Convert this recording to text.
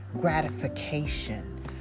gratification